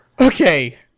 Okay